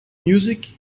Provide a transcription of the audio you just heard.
music